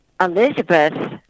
elizabeth